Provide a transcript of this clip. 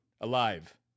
alive